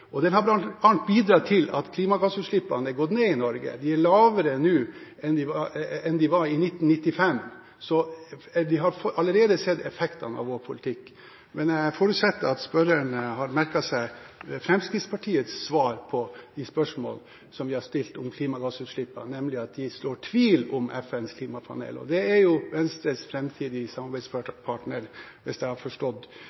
har bl.a. bidratt til at klimagassutslippene er gått ned i Norge. De er lavere nå enn de var i 1995, så vi har allerede sett effektene av vår politikk. Men jeg forutsetter at spørreren har merket seg Fremskrittspartiets svar på de spørsmål som vi har stilt om klimagassutslippene, nemlig at de sår tvil om FNs klimapanel. De er jo Venstres